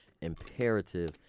imperative